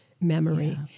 memory